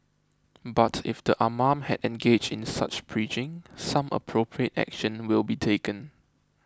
but if the imam had engaged in such preaching some appropriate action will be taken